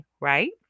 right